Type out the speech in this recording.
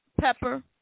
pepper